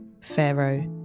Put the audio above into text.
Pharaoh